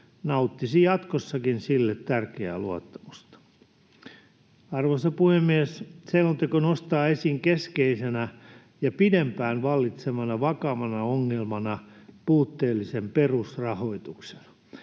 nauttisi jatkossakin sille tärkeää luottamusta. Arvoisa puhemies! Selonteko nostaa esiin keskeisenä ja pidempään vallitsevana vakavana ongelmana puutteellisen perusrahoituksen.